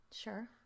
Sure